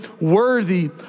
worthy